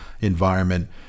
environment